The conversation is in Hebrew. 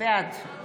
בעד